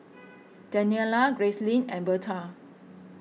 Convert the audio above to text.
Daniella Gracelyn and Berta